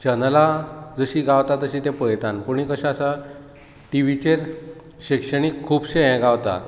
चॅनलां जशी गावता तशी ते पळयता पूण हें कशें आसा टीव्हीचेर शिक्षणीक खुबशे हे गावता